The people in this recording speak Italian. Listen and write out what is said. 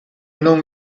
non